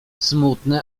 smutny